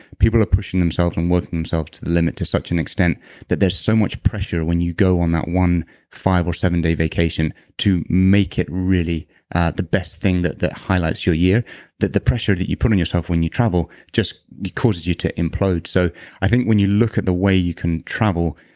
people are pushing themselves and working themselves to the limit to such an extent that there's so much pressure when you go on that one five or seven day vacation to make it really the best thing that that highlights your year that the pressure that you put on yourself when you travel just causes you to implode so i think when you look at the way you can travel,